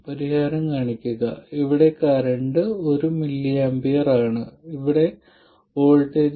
പരിഹാരം കാണിക്കുക ഇവിടെ കറന്റ് 1mA ആണ് ഇവിടെയുള്ള വോൾട്ടേജ് 0